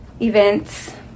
events